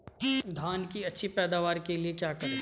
धान की अच्छी पैदावार के लिए क्या करें?